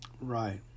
Right